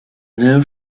new